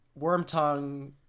Wormtongue